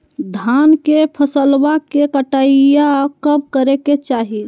धान के फसलवा के कटाईया कब करे के चाही?